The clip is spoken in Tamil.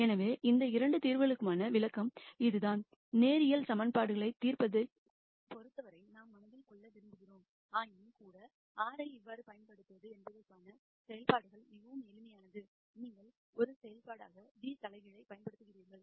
எனவே இந்த 2 தீர்வுகளுக்கான விளக்கம் இதுதான் லீனியர் ஈகிவேஷன்கள் தீர்ப்பதைப் பொருத்தவரை நாம் மனதில் கொள்ள விரும்புகிறோம் ஆயினும்கூட R ஐ எவ்வாறு பயன்படுத்துவது என்பதற்கான செயல்பாடுகள் மிகவும் எளிமையானது நீங்கள் ஒரு செயல்பாடாக g இன்வெர்ஸ் பயன்படுத்துகிறீர்கள்